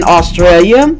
Australia